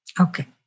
Okay